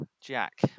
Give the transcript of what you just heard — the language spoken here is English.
Jack